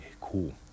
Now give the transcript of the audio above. cool